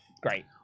great